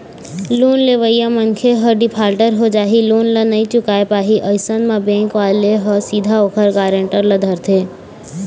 loan लेवइया मनखे ह डिफाल्टर हो जाही लोन ल नइ चुकाय पाही अइसन म बेंक वाले ह सीधा ओखर गारेंटर ल धरथे